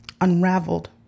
unraveled